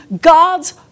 God's